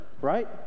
right